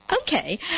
okay